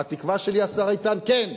והתקווה שלי, השר איתן, כן,